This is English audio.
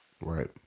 Right